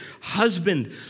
Husband